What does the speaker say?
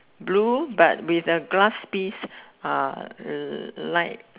blue but with a glass piece uh light